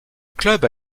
club